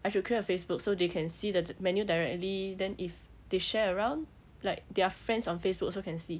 I should create a facebook so they can see the menu directly then if they share around like their friends on facebook also can see